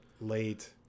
late